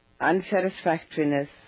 unsatisfactoriness